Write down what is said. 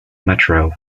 metro